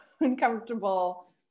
uncomfortable